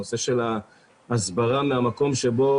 הנושא של הסברה מהמקום שבו